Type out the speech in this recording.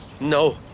No